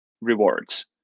rewards